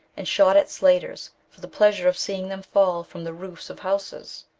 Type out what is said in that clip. and shot at slaters for the pleasure of seeing them fall from the roofs of houses.